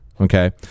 Okay